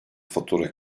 fatura